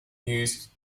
used